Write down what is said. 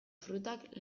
frutak